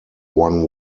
one